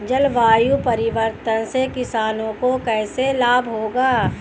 जलवायु परिवर्तन से किसानों को कैसे लाभ होगा?